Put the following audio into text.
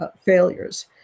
failures